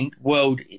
World